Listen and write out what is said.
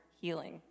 healing